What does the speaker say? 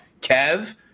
kev